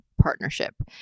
partnership